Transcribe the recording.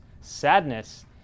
sadness